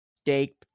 steak